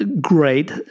great